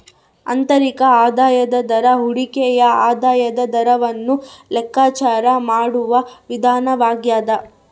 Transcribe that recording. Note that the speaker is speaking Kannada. ಆಂತರಿಕ ಆದಾಯದ ದರ ಹೂಡಿಕೆಯ ಆದಾಯದ ದರವನ್ನು ಲೆಕ್ಕಾಚಾರ ಮಾಡುವ ವಿಧಾನವಾಗ್ಯದ